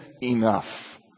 enough